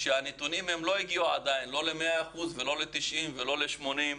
שהנתונים הם לא הגיעו עדיין לא ל-100% ולא ל-90% ולא ל-80%,